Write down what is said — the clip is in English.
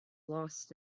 lost